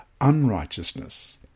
unrighteousness